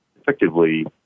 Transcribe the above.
effectively